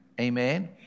Amen